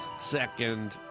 second